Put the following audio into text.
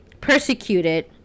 persecuted